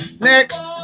next